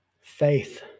faith